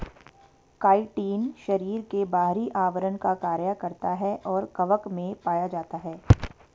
chitin शरीर के बाहरी आवरण का कार्य करता है और कवक में पाया जाता है